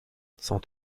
sans